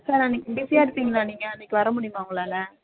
sir அன்னிக்கி பிஸியாக இருப்பீர்களா நீங்கள் அன்னிக்கி வர முடியுமா உங்களால்